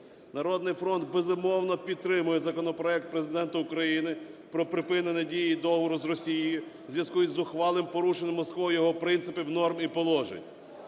"Народний фронт", безумовно, підтримує законопроект Президента України про припинення дії договору з Росією в зв'язку із зухвалим порушенням Москвою його принципів, норм і положень.